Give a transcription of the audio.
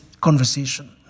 conversation